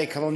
עקרוניות